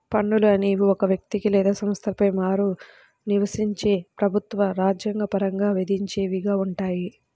పన్నులు అనేవి ఒక వ్యక్తికి లేదా సంస్థలపై వారు నివసించే ప్రభుత్వం రాజ్యాంగ పరంగా విధించేవిగా ఉంటాయి